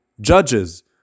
Judges